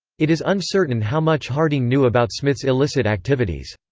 it is uncertain how much harding knew about smith's illicit activities.